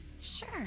Sure